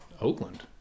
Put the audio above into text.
Oakland